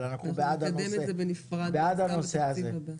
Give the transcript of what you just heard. אבל אנחנו בעד הנושא הזה.